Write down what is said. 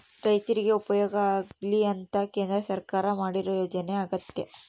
ರೈರ್ತಿಗೆ ಉಪಯೋಗ ಆಗ್ಲಿ ಅಂತ ಕೇಂದ್ರ ಸರ್ಕಾರ ಮಾಡಿರೊ ಯೋಜನೆ ಅಗ್ಯತೆ